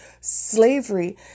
slavery